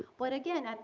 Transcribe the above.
but again, and